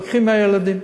לוקחים מהילדים.